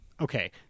Okay